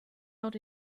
out